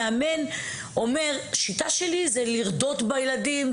מאמן אומר: "השיטה שלי היא לרדות בילדים,